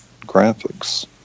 graphics